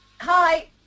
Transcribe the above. Hi